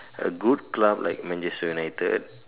a good club like Manchester United